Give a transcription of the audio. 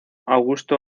augusto